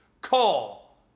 call